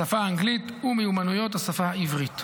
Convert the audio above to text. השפה האנגלית ומיומנויות השפה העברית,